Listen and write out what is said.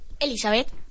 Elizabeth